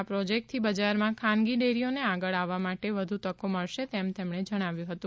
આ પ્રોજેક્ટથી બજારમાં ખાનગી ડેરીઓને આગળ આવવા માટે વધુ તકો મળશે તેમ તેમણે જણાવ્યું હતું